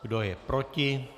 Kdo je proti?